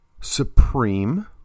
supreme